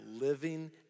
living